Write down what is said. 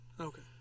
Okay